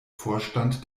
vorstand